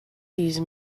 these